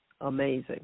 Amazing